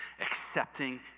accepting